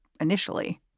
initially